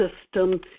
system